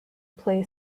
play